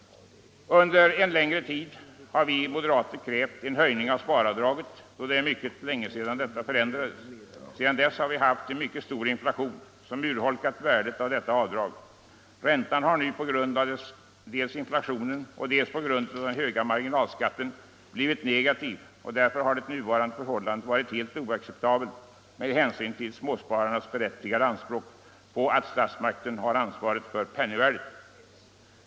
Under en längre tid har vi moderater även krävt en höjning av sparavdraget, då det är mycket länge sedan detta förändrades. Under tiden har vi haft en mycket stor inflation som urholkat värdet av detta avdrag. Räntan har nu, dels på grund av inflationen, dels på grund av den höga marginalskatten, blivit negativ. Därför har det nuvarande förhållandet varit helt oacceptabelt med hänsyn till småspararnas berättigade anspråk på att statsmakten har ansvaret för penningvärdet.